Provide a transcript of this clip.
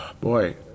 Boy